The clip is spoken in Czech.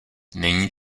není